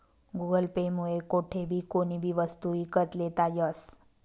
Google Pay मुये कोठेबी कोणीबी वस्तू ईकत लेता यस